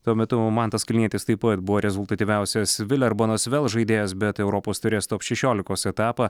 tuo metu mantas kalnietis taip pat buvo rezultatyviausias vilerbon asvel žaidėjas bet europos taurės top šešiolikos etapą